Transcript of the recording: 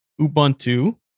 Ubuntu